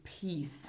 peace